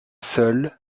seuls